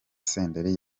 senderi